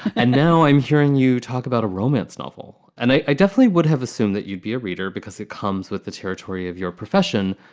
and now i'm hearing you talk about a romance novel. and i definitely would have assumed that you'd be a reader because it comes with the territory of your profession.